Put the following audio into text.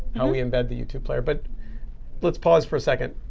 how we embed the youtube player. but let's pause for a second.